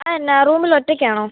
അതെന്താ റൂമിൽ ഒറ്റയ്ക്കാണോ